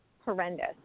Horrendous